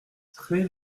très